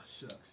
shucks